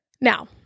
Now